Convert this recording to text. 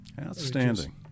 Outstanding